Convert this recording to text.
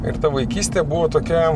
ir ta vaikystė buvo tokia